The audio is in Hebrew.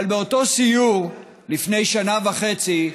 אבל באותו סיור, לפני שנה וחצי,